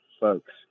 folks